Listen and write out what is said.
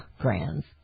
Brands